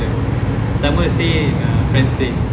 so I'm going to stay friends place